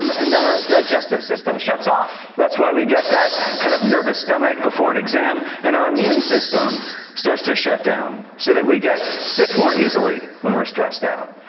um and our digestive system shuts off, that's why we get that kind of nervous stomach before an exam, and our immune system starts to shut down so that we get sick more easily when we're stressed out.